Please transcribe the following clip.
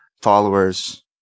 followers